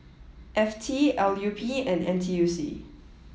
F T L U P and N T U C